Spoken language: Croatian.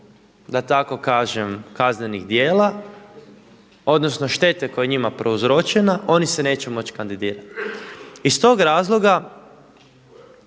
da tako kažem kaznenih djela odnosno štete koja je njima prouzročena oni se neće moći kandidirati. Iz tog razloga